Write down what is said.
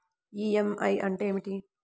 EMI అంటే ఏమిటి?